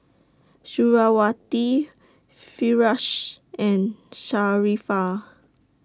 Suriawati Firash and Sharifah